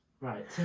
Right